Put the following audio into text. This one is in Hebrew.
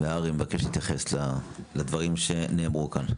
אני מ בקש שתתייחס לדברים שנאמרו כאן.